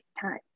time